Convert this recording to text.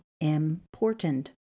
important